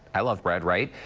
i love bread, right?